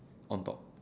on top